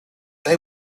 they